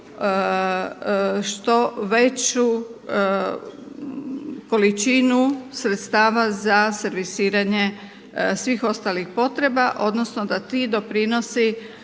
što veću količinu sredstava za servisiranje svih ostalih potreba odnosno da ti doprinosi